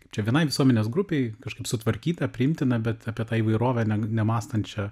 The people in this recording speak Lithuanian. čia vienai visuomenės grupei kažkaip sutvarkytą priimtiną bet apie tą įvairovę ne nemąstančią